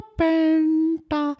penta